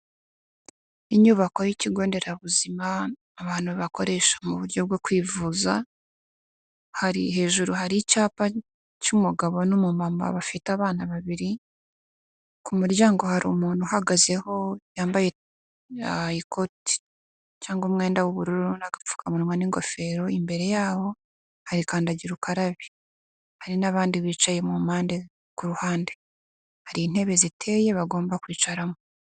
Inyubako y'ikigo nderabuzima abantu bakoresha mu buryo bwo kwivuza, hari hejuru hari icyapa cy'umugabo n'umumama bafite abana babiri, ku muryango hari umuntu uhagaze aho yambaye ikoti cyangwa umwenda w'ubururu n'agapfukamunwa n'ingofero, imbere yaho harikandagira ukarabe, hari n'abandi bicaye mu mpande ku ruhande, hari intebe ziteye bagomba kwicaramo.